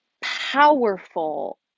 powerful